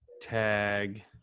tag